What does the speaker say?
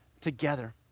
together